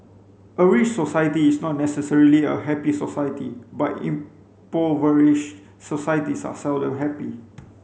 a rich society is not necessarily a happy society but impoverished societies are seldom happy